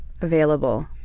available